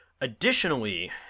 Additionally